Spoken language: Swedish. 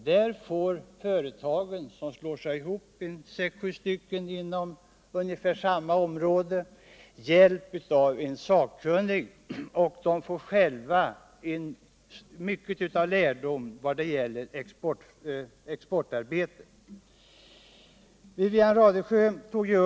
Det innebär att sex sju företag inom ungefär samma område slår sig ihop och får hjälp av en sakkunnig.